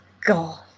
God